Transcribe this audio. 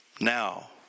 Now